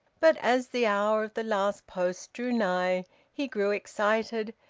but as the hour of the last post drew nigh he grew excited,